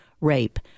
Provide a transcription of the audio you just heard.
rape